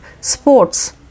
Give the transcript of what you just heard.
sports